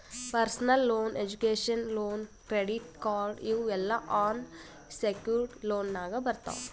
personal loan, education loan, credit card ಇವ್ ಎಲ್ಲಾ unsecured ಲೋನ್ನಾಗ್ ಬರ್ತಾವ್